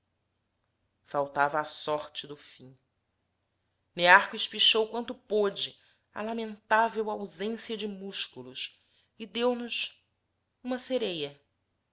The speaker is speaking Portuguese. faltava a sorte do fim nearco espichou quanto pôde a lamentável ausência de músculos e deu-nos uma sereia